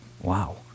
wow